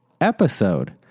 episode